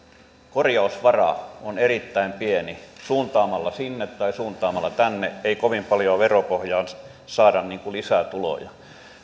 korjausvara on erittäin pieni suuntaamalla sinne tai suuntaamalla tänne ei kovin paljoa veropohjaan saada lisää tuloja